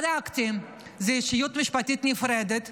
בדקתי, זו אישיות משפטית נפרדת,